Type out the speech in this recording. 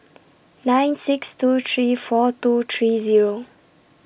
nine six two three four two three Zero